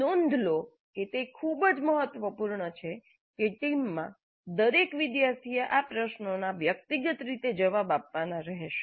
નોંધ લો કે તે ખૂબ જ મહત્વપૂર્ણ છે કે ટીમમાં દરેક વિદ્યાર્થીએ આ પ્રશ્નોના વ્યક્તિગત રીતે જવાબ આપવાના રહેશે